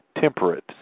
temperate